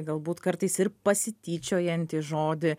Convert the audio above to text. galbūt kartais ir pasityčiojantį žodį